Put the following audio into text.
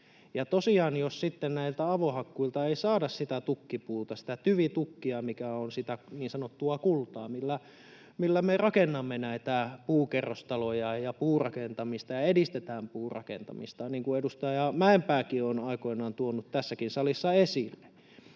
näiltä avohakkuilta ei saada sitä tukkipuuta, sitä tyvitukkia, mikä on sitä niin sanottua kultaa, millä me rakennamme näitä puukerrostaloja ja puurakentamista ja millä edistetään puurakentamista — niin kuin edustaja Mäenpääkin on aikoinaan tuonut tässäkin salissa esille